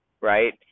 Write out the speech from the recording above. right